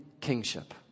kingship